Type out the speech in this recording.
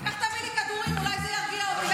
לך תביא לי כדורים, אולי זה ירגיע אותי.